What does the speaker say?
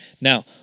Now